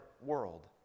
world